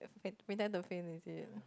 faint pretend to faint is it